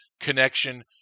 connection